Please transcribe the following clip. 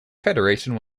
federation